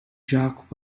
jacques